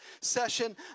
session